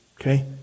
Okay